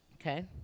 okay